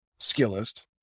Skillist